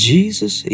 Jesus